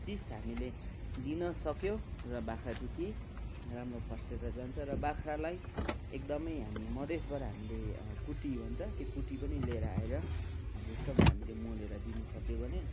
चिज हामीले दिनसक्यो र बाख्रा त्यति राम्रो फस्टेर जान्छ र बाख्रालाई एकदमै हामी मदेसबाट हामीले कुटी भन्छ त्यो कुटी पनि लिएर आएर भुससँग हामीले मोलेर दिुनसक्यो भने